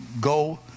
go